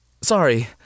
Sorry